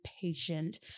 patient